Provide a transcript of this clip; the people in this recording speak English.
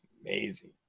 amazing